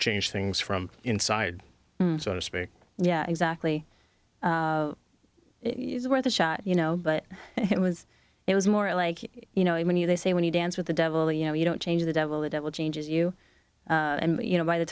change things from inside so to speak yeah exactly is worth a shot you know but it was it was more like you know i mean you they say when you dance with the devil you know you don't change the devil the devil changes you you know by the